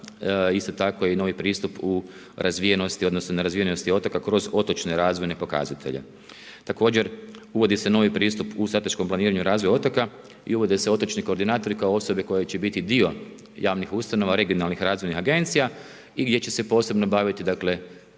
Isto tako je i novi pristup u razvijenosti, odnosno nerazvijenosti otoka kroz otočne razvojne pokazatelje. Također uvodi se novi pristup u strateškom planiranju razvoja otoka i uvode se otočni koordinatori kao osobe koje će biti dio javnih ustanova, regionalnih razvojnih agencije i gdje će se posebno baviti dakle,